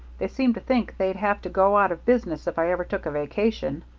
they seem to think they'd have to go out of business if i ever took a vacation.